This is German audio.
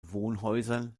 wohnhäusern